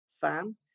fan